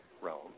realm